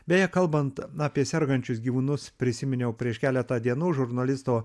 beje kalbant apie sergančius gyvūnus prisiminiau prieš keletą dienų žurnalisto